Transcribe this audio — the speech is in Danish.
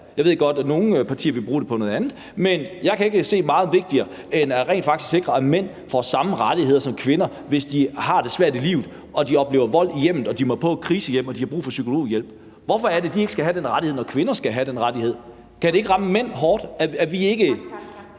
Jeg ved godt, at nogle partier vil bruge det på noget andet, men jeg kan ikke se, at noget er meget vigtigere end rent faktisk at sikre, at mænd får samme rettigheder som kvinder, hvis de har det svært i livet og de oplever vold i hjemmet og de må på et krisehjem og de har brug for psykologhjælp. Hvorfor er det, at de ikke skal have den rettighed, når kvinder skal have den rettighed? Kan det ikke ramme mænd hårdt? Er vi ikke